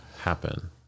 happen